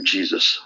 Jesus